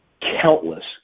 countless